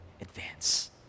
advance